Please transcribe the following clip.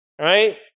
right